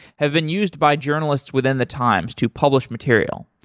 have been used by journalists within the times to publish material.